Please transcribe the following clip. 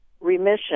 remission